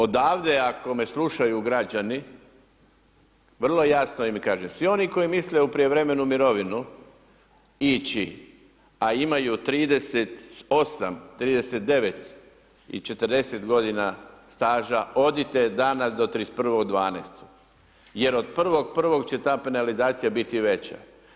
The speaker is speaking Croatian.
Odavde ako me slušaju građani vrlo jasno im kažem, svi oni koji misle u prijevremenu mirovinu ići a imaju 38.,39.i 40 godina staža odite danas do 31. 12. jer od 1.1. će ta penalizacija biti veća.